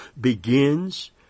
begins